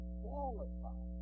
qualify